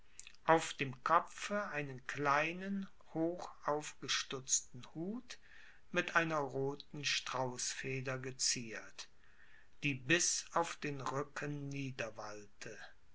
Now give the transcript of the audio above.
auf dem kopfe einen kleinen hoch aufgestutzten hut mit einer rothen straußfeder geziert die bis auf den rücken